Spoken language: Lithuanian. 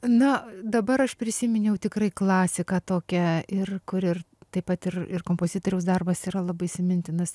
na dabar aš prisiminiau tikrai klasiką tokią ir kur ir taip pat ir ir kompozitoriaus darbas yra labai įsimintinas